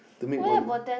to make one ah